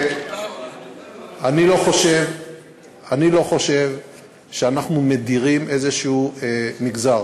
אני לא חושב שאנחנו מדירים מגזר